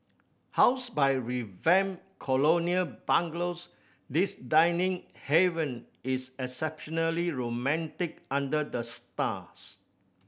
housed by revamped colonial bungalows this dining haven is exceptionally romantic under the stars